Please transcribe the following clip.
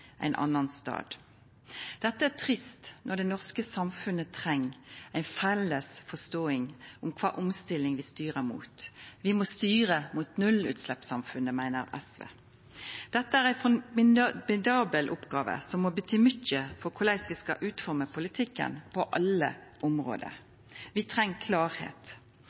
ein annan stad. Dette er trist når det norske samfunnet treng ei felles forståing av kva omstilling vi styrer mot. Vi må styra mot nullutsleppssamfunnet, meiner SV. Dette er ei formidabel oppgåve, som må bety mykje for korleis vi skal utforma politikken på alle område. Vi treng